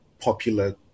popular